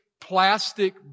plastic